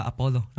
Apollo